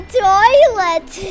toilet